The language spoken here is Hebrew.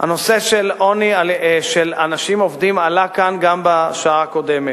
הנושא של אנשים עובדים עלה כאן גם בשעה הקודמת.